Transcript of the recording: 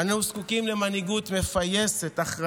אנו זקוקים למנהיגות מפייסת, אחראית,